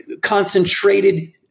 concentrated